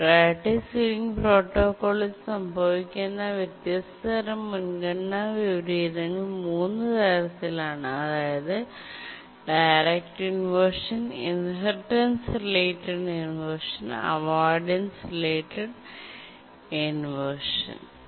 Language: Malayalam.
പ്രിയോറിറ്റി സീലിംഗ് പ്രോട്ടോക്കോൾ ൽ സംഭവിക്കാവുന്ന വ്യത്യസ്ത തരം മുൻഗണനാ വിപരീതങ്ങൾ മൂന്ന് തരത്തിലാണ് അതായത് direct inversion inheritance related inversion avoidance related inversion